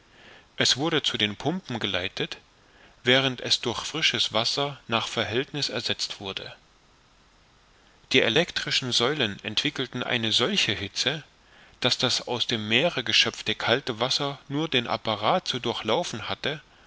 es wurde zu den pumpen geleitet während es durch frisches wasser nach verhältniß ersetzt wurde die elektrischen säulen entwickelten eine solche hitze daß das aus dem meere geschöpfte kalte wasser nur den apparat zu durchlaufen hatte